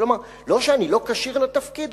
כלומר לא שאני לא כשיר לתפקיד,